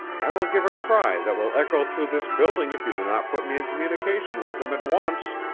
i will give a cry that will echo through this building if you do not put me in communication with him at once.